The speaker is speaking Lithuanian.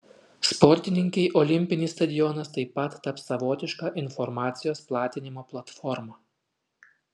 sportininkei olimpinis stadionas taip pat taps savotiška informacijos platinimo platforma